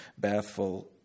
bathful